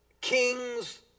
kings